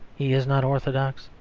he is not orthodox,